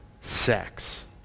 sex